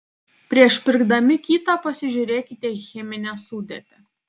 prieš pirkdami kitą pasižiūrėkite į cheminę sudėtį